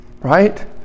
right